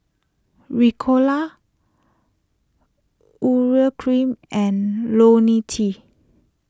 Ricola Urea Cream and Ionil T